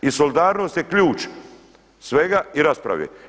I solidarnost je ključ svega i rasprave.